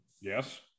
Yes